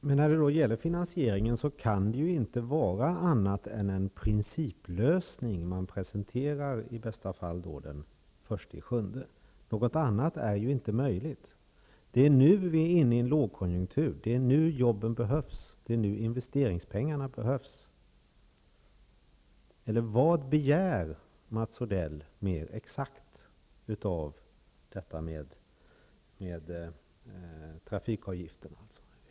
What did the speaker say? Fru talman! När det gäller finansieringen kan det ju inte vara annat än en principlösning som man i bästa fall presenterar den 1 juli. Något annat är inte möjligt. Det är nu vi är inne i en lågkonjunktur. Det är nu jobben behövs. Det är nu investeringspengarna behövs. Vad begär Mats Odell mer exakt när det gäller detta med trafikavgifterna?